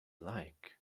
like